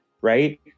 right